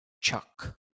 chuck